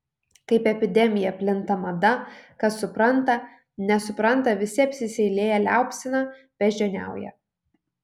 kaip epidemija plinta mada kas supranta nesupranta visi apsiseilėję liaupsina beždžioniauja